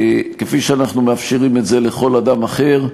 כפי שאנחנו מאפשרים את זה לכל אדם אחר,